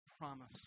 promise